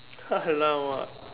!alamak!